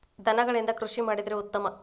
ದನಗಳಿಂದ ಕೃಷಿ ಮಾಡಿದ್ರೆ ಉತ್ತಮ